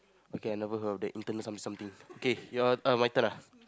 okay I never heard of that internal some something okay your um my turn ah